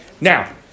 Now